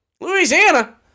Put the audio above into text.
Louisiana